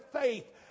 faith